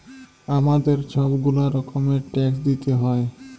আমাদের ছব গুলা রকমের ট্যাক্স দিইতে হ্যয়